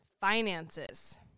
Finances